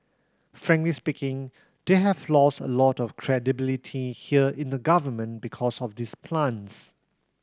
frankly speaking they have lost a lot of credibility here in the government because of these plants